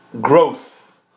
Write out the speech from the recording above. growth